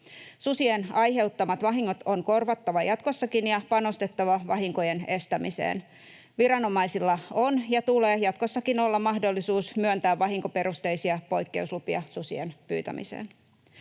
Susien aiheuttamat vahingot on korvattava jatkossakin ja panostettava vahinkojen estämiseen. Viranomaisilla on ja tulee jatkossakin olla mahdollisuus myöntää vahinkoperusteisia poikkeuslupia susien pyytämiseen.